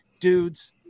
dudes